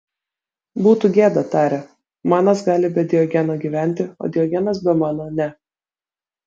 būtų gėda tarė manas gali be diogeno gyventi o diogenas be mano ne